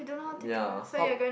ya how